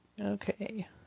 Okay